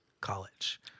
college